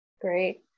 Great